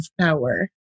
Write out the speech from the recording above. power